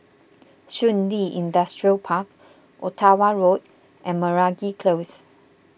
Shun Li Industrial Park Ottawa Road and Meragi Close